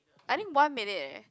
I think one minute leh